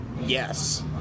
Yes